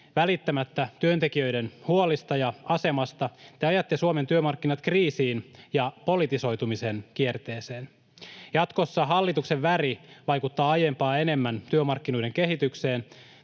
välittämättä työntekijöiden huolista ja asemasta te ajatte Suomen työmarkkinat kriisiin ja politisoitumisen kierteeseen. Jatkossa hallituksen väri vaikuttaa aiempaa enemmän työmarkkinoiden kehitykseen.